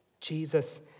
Jesus